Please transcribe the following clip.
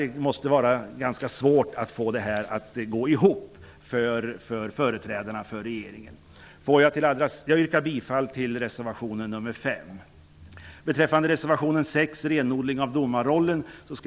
Det måste vara ganska svårt att få detta att gå ihop för företrädarna för regeringen. Jag yrkar bifall till reservation nr 5. Reservation 6 handlar om renodling av domarrollen.